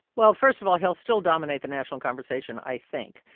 well, first of all, he'll still dominate the national conversation, i think.